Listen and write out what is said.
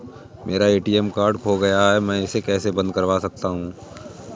मेरा ATM card खो गया है मैं इसे कैसे बंद करवा सकता हूँ?